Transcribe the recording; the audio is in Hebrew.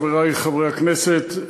חברי חברי הכנסת,